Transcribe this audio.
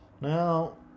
Now